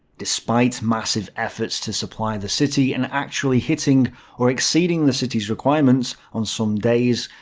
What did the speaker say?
despite massive efforts to supply the city, and actually hitting or exceeding the city's requirements on some days,